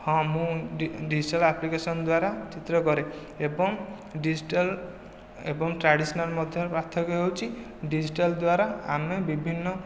ହଁ ମୁଁ digital application ଦ୍ୱାରା ଚିତ୍ର କରେ ଏବଂ ଡିଜିଟାଲ ଏବଂ ଟ୍ରାଡିସନାଲ ମଧ୍ୟରେ ପାର୍ଥକ୍ୟ ହେଉଛି ଡିଜିଟାଲ ଦ୍ୱାରା ଆମେ ବିଭିନ୍ନ